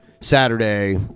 Saturday